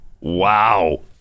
Wow